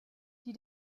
die